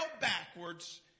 backwards